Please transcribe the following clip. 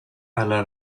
alla